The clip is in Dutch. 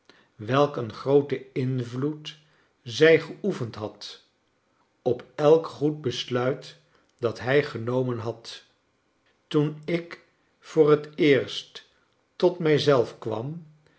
welk een grooten invloed zij geoefend had op elk goed besluit dat hij genomen had toen ik voor het eerst tot mij zelf kwam